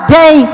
day